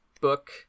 book